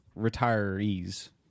retirees